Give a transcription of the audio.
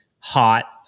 hot